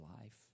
life